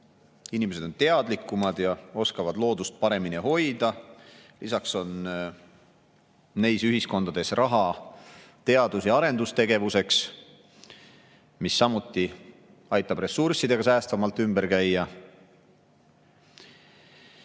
Inimesed on seal teadlikumad ja oskavad loodust paremini hoida. Lisaks on neis ühiskondades raha teadus‑ ja arendustegevuseks, mis samuti aitab ressurssidega säästvamalt ümber käia.